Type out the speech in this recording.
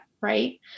right